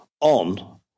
on